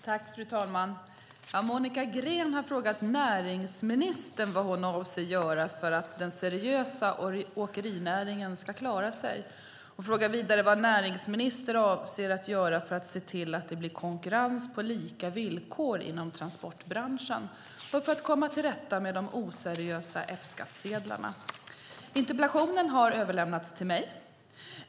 Fru talman! Monica Green har frågat näringsministern vad hon avser att göra för att den seriösa åkerinäringen ska klara sig. Hon frågar vidare vad näringsministern avser att göra för att se till att det blir konkurrens på lika villkor inom transportbranschen och för att komma till rätta med de oseriösa F-skattsedlarna. Interpellationen har överlämnats till mig.